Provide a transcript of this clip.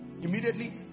immediately